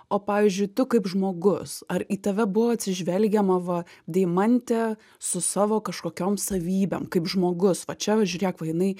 o pavyzdžiui tu kaip žmogus ar į tave buvo atsižvelgiama va deimantė su savo kažkokiom savybėm kaip žmogus va čia žiūrėk va jinai